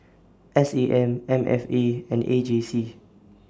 S A M M F A and A J C